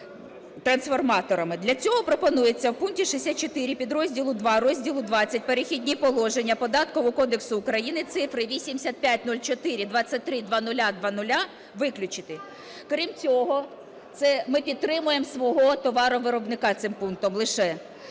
Для цього пропонується в пункті 64 підрозділу 2 розділу ХХ "Перехідні положення" Податкового кодексу України цифри 8504230000 виключити. Крім цього… Це ми підтримуємо свого товаровиробника цим пунктом лише.